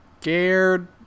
scared